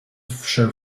show